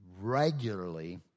regularly